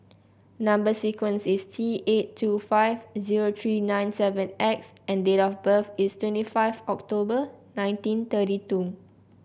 number sequence is T eight two five zero three nine seven X and date of birth is twenty five October nineteen thirty two